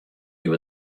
you